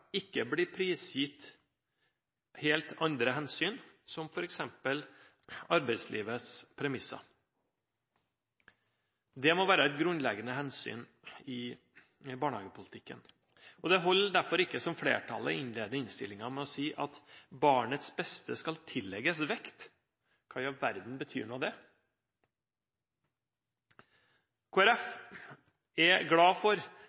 ikke blir prisgitt helt andre hensyn, som f.eks. arbeidslivets premisser. Dette må være et grunnleggende hensyn i barnehagepolitikken. Det holder derfor ikke som flertallet innleder innstillingen med å si, at barnets beste skal tillegges vekt. Hva i all verden betyr det? Kristelig Folkeparti er glad for